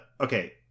Okay